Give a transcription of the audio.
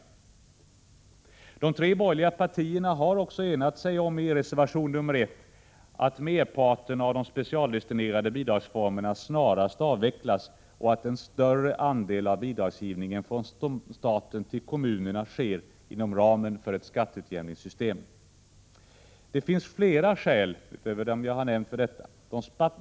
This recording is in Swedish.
Alla tre borgerliga partier har också enat sig i reservation nr 1 om att merparten av de specialdestinerade bidragsformerna snarast avvecklas och att en större andel av bidragsgivningen från staten till kommunerna sker inom ramen för ett skatteutjämningssystem. Det finns flera skäl utöver dem jag har nämnt.